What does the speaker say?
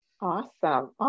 Awesome